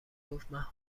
گفتمن